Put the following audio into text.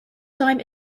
time